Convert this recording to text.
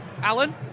Alan